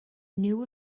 knew